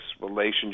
relationship